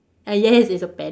ah yes it's a pen